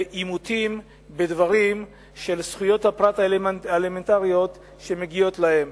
לעימותים בדברים של זכויות הפרט האלמנטריות שמגיעות להם.